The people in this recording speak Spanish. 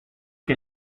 que